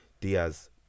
Diaz